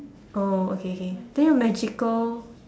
oh okay okay then your magical